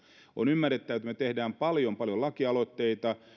on ymmärrettävää että me teemme paljon paljon lakialoitteita